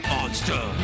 Monster